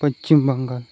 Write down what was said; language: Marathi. पश्चिम बंगाल